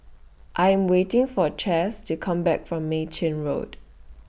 I Am waiting For Cas to Come Back from Mei Chin Road